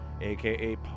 aka